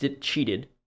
cheated